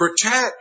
protect